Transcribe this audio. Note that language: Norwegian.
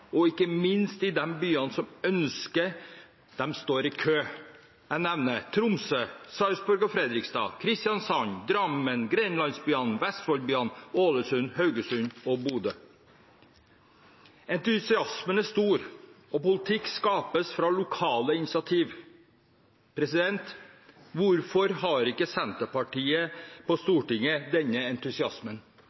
og ikke minst i de byene som ønsker det. De står i kø. Jeg nevner: Tromsø, Sarpsborg, Fredrikstad, Kristiansand, Drammen, Grenlands-byene, Vestfold-byene, Ålesund, Haugesund og Bodø. Entusiasmen er stor, og politikk skapes fra lokale initiativ. Hvorfor har ikke Senterpartiet på Stortinget denne entusiasmen?